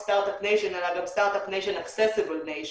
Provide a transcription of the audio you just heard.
סטארט אפ ניישן אלא גם סטארט אפ ניישן accessible ניישן,